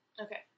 Okay